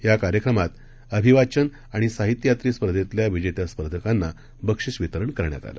याकार्यक्रमातअभिवाचनआणि साहित्ययात्रीस्पर्धेतल्याविजेत्यास्पर्धकांनाबक्षिसवितरणकरण्यातआलं